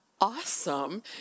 awesome